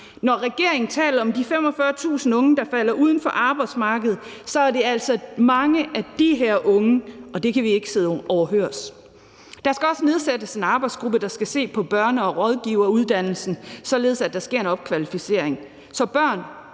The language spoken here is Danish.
Når regeringen taler om de 45.000 unge, der falder uden for arbejdsmarkedet, så er det altså mange af de her unge, og det kan vi ikke sidde overhørig. Der skal også nedsættes en arbejdsgruppe, der skal se på en børnerådgiveruddannelse, således at der sker en opkvalificering, så børn